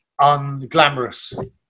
unglamorous